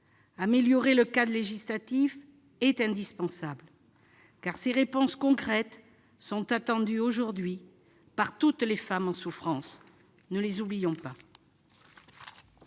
Améliorer le cadre législatif est indispensable, car des réponses concrètes sont attendues aujourd'hui par toutes les femmes en souffrance. Ne les oublions pas